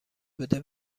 بوده